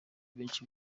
benshi